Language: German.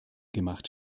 gemacht